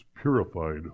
purified